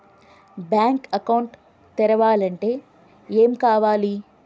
Bank account తెరవాలంటే ఏమేం కావాలి?